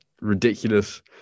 ridiculous